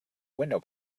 window